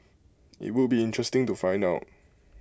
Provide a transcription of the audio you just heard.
IT would be interesting to find out